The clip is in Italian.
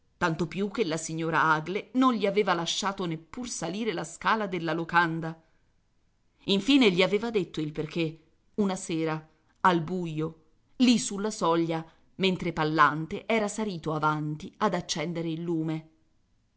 tanto più che la signora aglae non gli aveva lasciato neppur salire la scala della locanda infine gli aveva detto il perché una sera al buio lì sulla soglia mentre pallante era salito avanti ad accendere il lume